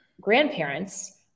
grandparents